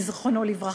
זיכרונו לברכה,